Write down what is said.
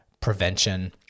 prevention